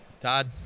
todd